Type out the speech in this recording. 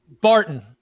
Barton